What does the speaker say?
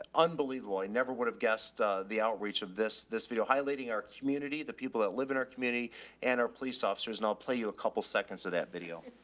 unbelievable. i never would've guessed the outreach of this, this video highlighting our community, the people that live in our community and our police officers. and i'll play you a couple seconds of that video.